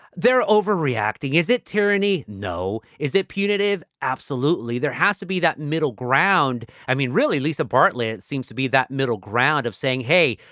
they're overreacting. is it tyranny? no. is it punitive? absolutely. there has to be that middle ground. i mean, really, lisa bartlet seems to be that middle ground of saying, hey,